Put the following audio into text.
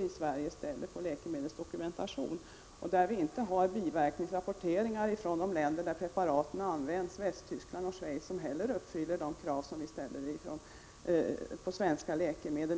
i Sverige ställer på läkemedelsdokumentation i övrigt. Vi har inte heller biverkningsrapporteringar från de länder där preparaten används-— Västtyskland och Schweiz — som uppfyller de krav som vi ställer på svenska läkemedel.